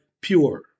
pure